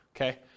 okay